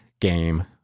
game